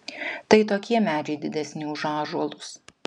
tai tokie medžiai didesni už ąžuolus